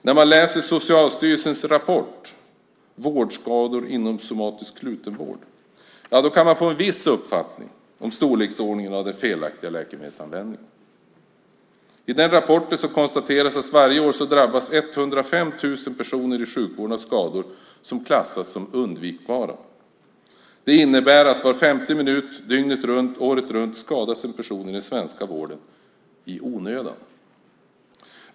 När man läser Socialstyrelsens rapport Vårdskador inom somatisk slutenvård kan man få en viss uppfattning om storleksordningen av den felaktiga läkemedelsanvändningen. I rapporten konstateras att varje år drabbas 105 000 personer i sjukvården av skador som klassas som undvikbara. Det innebär att var femte minut, dygnet runt, året runt, skadas en person i den svenska vården - i onödan.